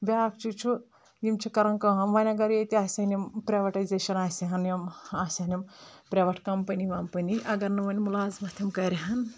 بیَاکھ چیٖز چھُ یِم چھِ کَران کٲم وَۄنۍ اگر ییٚتہِ آسن یِم پرٛیٚوٹایٚزیٚشن آسن یِم آسن یِم پرٛیٚوَیٹ کَمپٔنی وَمپٔنی اگر نہٕ وۄنۍ مُلازَمت یِم کَرٕہن